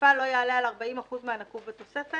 למפעל לא יעלה על 40% מהנקוב בתוספת".